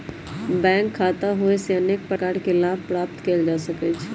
bank खता होयेसे अनेक प्रकार के लाभ प्राप्त कएल जा सकइ छै